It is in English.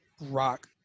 rock